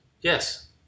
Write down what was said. yes